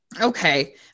okay